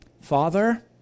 Father